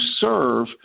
serve